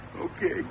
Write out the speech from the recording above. Okay